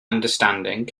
understanding